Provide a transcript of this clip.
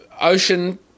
Ocean